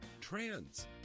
Trans